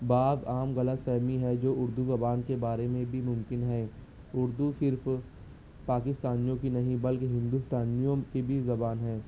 بعض عام غلط فہمی ہے جو اردو زبان کے بارے میں بھی ممکن ہے اردو صرف پاکستانیوں کی نہیں بلکہ ہندوستانیوں کی بھی زبان ہے